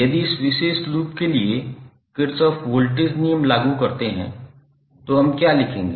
यदि हम इस विशेष लूप के लिए किरचॉफ वोल्टेज नियम लागू करते हैं तो हम क्या लिखेंगे